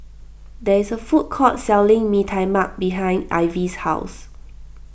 there is a food court selling Mee Tai Mak behind Ivie's house